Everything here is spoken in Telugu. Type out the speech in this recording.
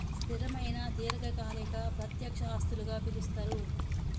స్థిరమైన దీర్ఘకాలిక ప్రత్యక్ష ఆస్తులుగా పిలుస్తరు